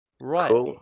Right